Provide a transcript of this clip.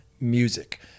music